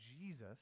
Jesus